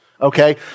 Okay